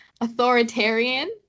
authoritarian